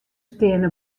steane